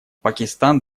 пакистан